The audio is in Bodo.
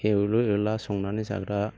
एवलु एवला संनानै जाग्रा